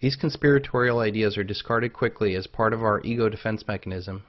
these conspiratorial ideas are discarded quickly as part of our ego defense mechanism